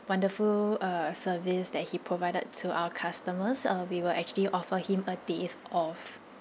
wonderful uh service that he provided to our customers uh we will actually offer him a day's off